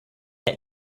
net